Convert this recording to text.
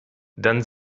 dann